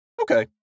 Okay